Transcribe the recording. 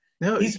No